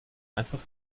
einfach